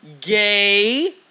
Gay